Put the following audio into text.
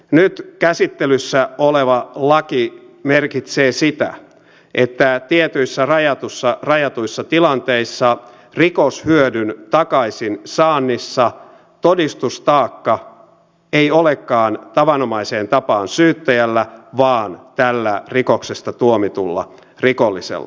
nyt käsittelyssä oleva laki merkitsee sitä että tietyissä rajatuissa tilanteissa rikoshyödyn takaisinsaannissa todistustaakka ei olekaan tavanomaiseen tapaan syyttäjällä vaan tällä rikoksesta tuomitulla rikollisella